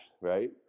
right